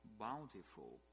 bountiful